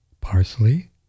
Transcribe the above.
Parsley